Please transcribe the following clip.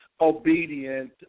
obedient